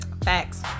facts